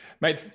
Mate